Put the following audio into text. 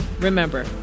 remember